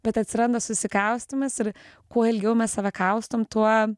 bet atsiranda susikaustymas ir kuo ilgiau mes save kaustom tuo